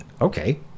Okay